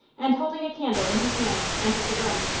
and holding a candle in his hand, entered the room,